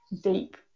deep